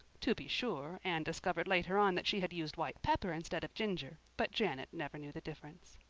to be sure, anne discovered later on that she had used white pepper instead of ginger but janet never knew the difference.